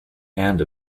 and